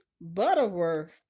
Butterworth